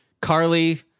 carly